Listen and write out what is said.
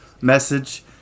message